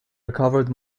recovered